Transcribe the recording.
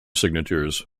signatures